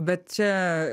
bet čia